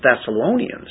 Thessalonians